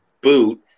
boot